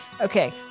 Okay